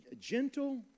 gentle